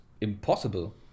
impossible